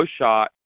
shot